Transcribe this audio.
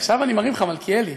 עכשיו אני מרים לך, מלכיאלי.